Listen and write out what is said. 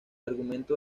argumento